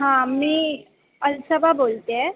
हां मी अलसबा बोलत आहे